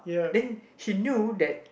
then he knew that